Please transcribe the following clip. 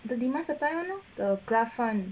the demand supply [one] lor the graph [one]